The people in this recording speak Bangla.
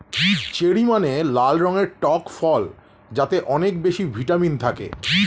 চেরি মানে লাল রঙের টক ফল যাতে অনেক বেশি ভিটামিন থাকে